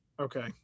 okay